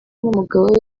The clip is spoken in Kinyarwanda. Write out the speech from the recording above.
n’umugabo